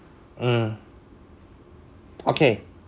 hmm okay